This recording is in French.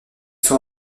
sont